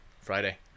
Friday